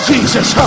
Jesus